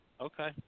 Okay